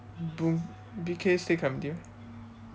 boo~ B_K stay clementi meh